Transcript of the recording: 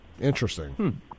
Interesting